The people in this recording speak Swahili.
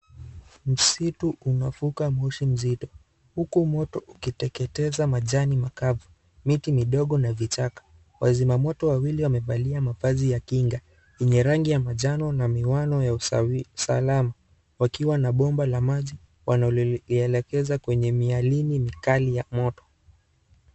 Msitu unafuka moshi mzito huku moto ukiteketeza majani makavu, miti midogo na vichaka. Wazimamoto wawili wamevalia mavazi ya kinga yenye rangi ya manajano na miwani ya usalama wakiwa na bomba la maji wanalolielekeza kwenye mialeni mikali ya moto.